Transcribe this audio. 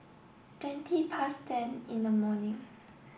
twenty past ten in the morning